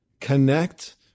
connect